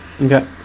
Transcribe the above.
Okay